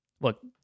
Look